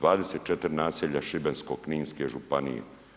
24 naselja Šibensko-kninske županije.